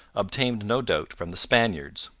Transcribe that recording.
obtained no doubt from the spaniards.